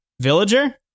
villager